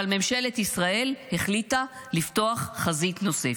אבל ממשלת ישראל החליטה לפתוח חזית נוספת,